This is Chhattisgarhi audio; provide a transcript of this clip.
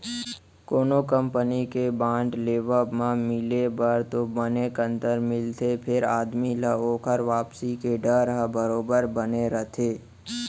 कोनो कंपनी के बांड लेवब म मिले बर तो बने कंतर मिलथे फेर आदमी ल ओकर वापसी के डर ह बरोबर बने रथे